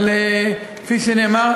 אבל כפי שנאמר,